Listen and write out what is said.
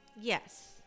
Yes